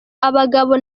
abagabo